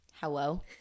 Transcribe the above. Hello